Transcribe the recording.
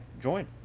join